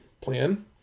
plan